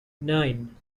nine